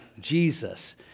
Jesus